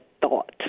thought